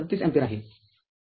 ३७ ampere आहे